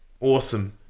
Awesome